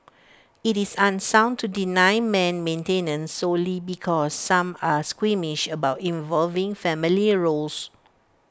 IT is unsound to deny men maintenance solely because some are squeamish about evolving family roles